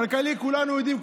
בכלכלי כולנו יודעים,